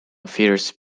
fears